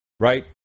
Right